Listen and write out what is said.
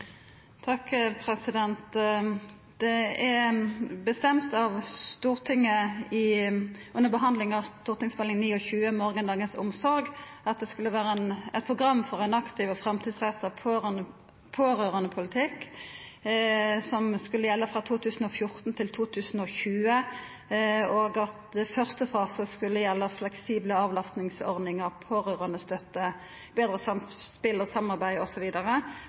Det vart bestemt av Stortinget under behandlinga av Meld. St. 29 for 2012–2013, Morgendagens omsorg, at det skulle vera eit program for ein aktiv og framtidsretta pårørandepolitikk som skulle gjelda frå 2014 til 2020, og at første fase skulle gjelda fleksible avlastingsordningar, pårørandestøtte, betre samspel, samarbeid osv., og